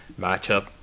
matchup